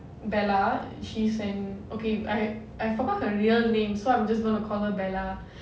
bella she's an okay I I forgot her real name so I'm just going to call her bella